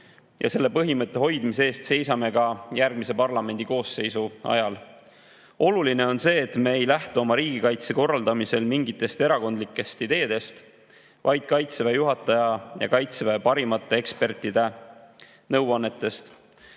Ja selle põhimõtte hoidmise eest seisame ka järgmise parlamendikoosseisu ajal. Oluline on see, et me ei lähtu oma riigikaitse korraldamisel mingitest erakondlikest ideedest, vaid Kaitseväe juhataja ja Kaitseväe parimate ekspertide nõuannetest.